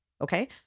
Okay